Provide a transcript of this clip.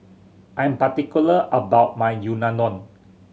I am particular about my Unadon